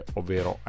ovvero